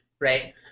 right